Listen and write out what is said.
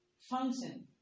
function